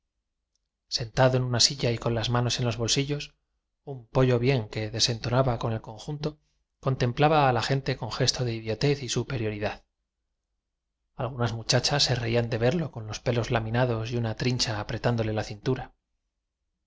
sentado en una silla y con las manos en los bolsillos un p o llo bien que desentona ba con el conjunto contemplaba a la gente con gesto de idiotez y superioridad a l gunas muchachas se reían de verlo con los pelos laminados y una trincha apretándole la cintura